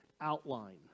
outline